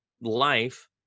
life